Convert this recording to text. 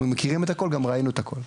אנחנו מכירים את הכל וגם ראינו את הכל.